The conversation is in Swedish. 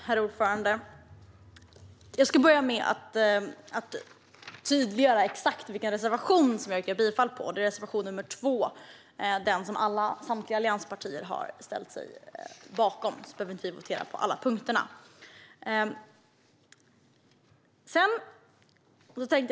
Herr talman! Jag ska börja med att tydliggöra vilken reservation jag yrkar bifall till, nämligen reservation 2 som samtliga allianspartier ställt sig bakom. Vi behöver därför inte votera under alla punkter.